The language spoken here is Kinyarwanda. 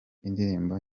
indirimbo